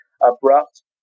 abrupt